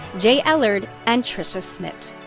jae ellard and tricia smit.